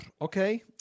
Okay